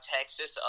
Texas